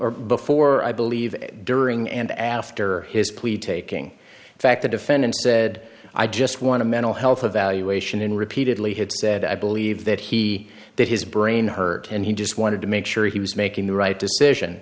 or before i believe during and after his plea taking in fact the defendant said i just want to mental health evaluation in repeatedly had said i believe that he that his brain hurt and he just wanted to make sure he was making the right decision